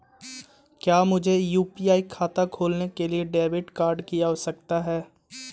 क्या मुझे यू.पी.आई खाता खोलने के लिए डेबिट कार्ड की आवश्यकता है?